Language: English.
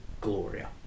Gloria